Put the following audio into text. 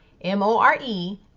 M-O-R-E